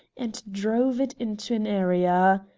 and drove it into an area.